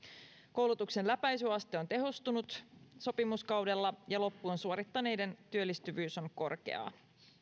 koulutuksen läpäisyaste on tehostunut sopimuskaudella ja loppuun suorittaneiden työllistyvyys on on korkeaa